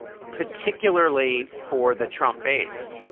particularly for the trump base.